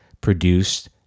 produced